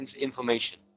information